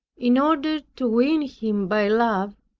in order to win him by love,